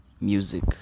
music